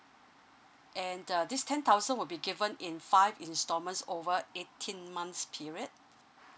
and the this ten thousand will be given in five installments over eighteen months period